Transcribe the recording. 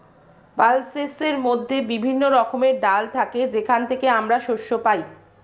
পালসেসের মধ্যে বিভিন্ন রকমের ডাল থাকে যেখান থেকে আমরা শস্য পাই